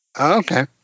Okay